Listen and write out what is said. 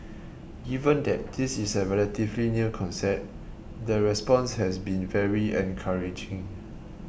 given that this is a relatively new concept the response has been very encouraging